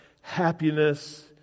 happiness